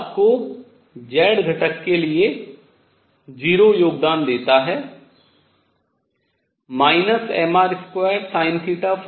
आपको z घटक के लिए 0 योगदान देता है